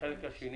והחלק השני?